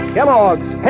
Kellogg's